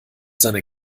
seiner